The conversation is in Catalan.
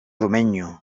domenyo